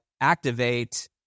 activate